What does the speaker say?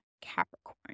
Capricorn